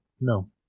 no